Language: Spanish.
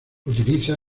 utiliza